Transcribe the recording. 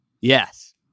yes